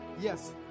yes